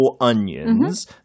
onions